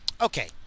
okay